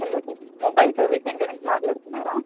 hello sir mobile service centre నుంచి మాట్లాడుతున్నారా